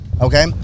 okay